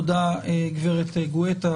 תודה, גברת גואטה.